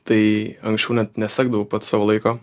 tai anksčiau net nesekdavau pats savo laiko